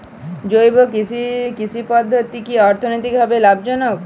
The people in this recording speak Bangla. জৈব কৃষি পদ্ধতি কি অর্থনৈতিকভাবে লাভজনক?